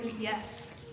yes